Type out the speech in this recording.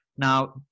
Now